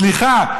סליחה,